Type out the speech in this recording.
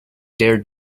dared